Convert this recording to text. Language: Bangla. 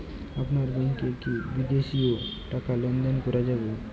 আপনার ব্যাংকে কী বিদেশিও টাকা লেনদেন করা যায়?